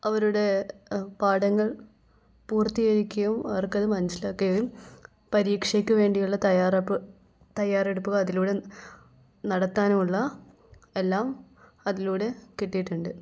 അവരുടെ പാഠങ്ങൾ പൂർത്തീകരിക്കുകയും അവർക്കത് മനസിലാക്കുകയും പരീക്ഷക്ക് വേണ്ടിയുള്ള തയ്യാറെപ്പ് തയ്യാറെടുപ്പ് അതിലൂടെ നടത്താനുമുള്ള എല്ലാം അതിലൂടെ കിട്ടിയിട്ടിയുണ്ട്